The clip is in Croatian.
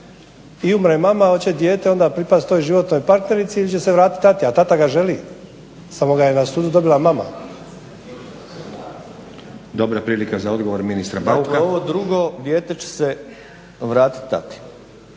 i umre mama hoće dijete onda pripasti toj životnoj partnerici ili će se vratiti tati, a tata ga želi, samo ga je na sudu dobila mama. **Stazić, Nenad (SDP)** Dobra prilika za odgovor ministra Bauka. **Bauk, Arsen (SDP)** Dakle ovo drugo dijete će se vratiti tati